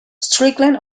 strickland